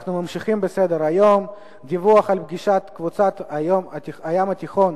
אנחנו ממשיכים בסדר-היום: דיווח על פגישת קבוצת הים התיכון